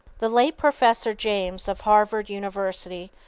the late professor james, of harvard university,